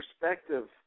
perspective